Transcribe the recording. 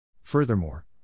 Furthermore